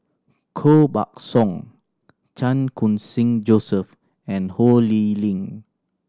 Koh Buck Song Chan Khun Sing Joseph and Ho Lee Ling